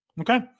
Okay